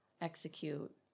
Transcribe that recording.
execute